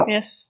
Yes